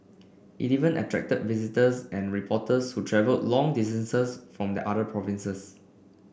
it even attracted visitors and reporters who travelled long distances from the other provinces